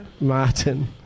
Martin